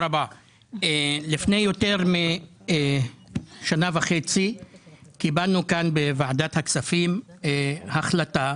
לפני יותר משנה וחצי קיבלנו בוועדת הכספים החלטה